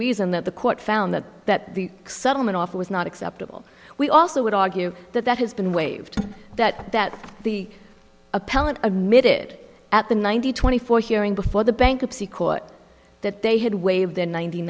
reason that the court found that that the settlement offer was not acceptable we also would argue that that has been waived that that the appellant admitted at the ninety twenty four hearing before the bankruptcy court that they had waived in nineteen